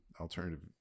alternative